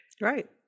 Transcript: right